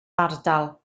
ardal